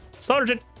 Sergeant